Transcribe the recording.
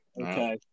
Okay